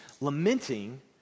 lamenting